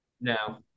No